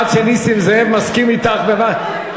עד שנסים זאב מסכים אתך בדבר,